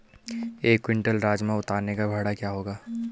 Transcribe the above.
एक क्विंटल राजमा उतारने का भाड़ा क्या होगा?